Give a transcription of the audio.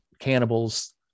cannibals